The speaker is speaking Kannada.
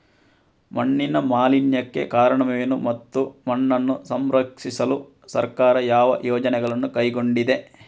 ಮಣ್ಣಿನ ಮಾಲಿನ್ಯಕ್ಕೆ ಕಾರಣವೇನು ಮತ್ತು ಮಣ್ಣನ್ನು ಸಂರಕ್ಷಿಸಲು ಸರ್ಕಾರ ಯಾವ ಯೋಜನೆಗಳನ್ನು ಕೈಗೊಂಡಿದೆ?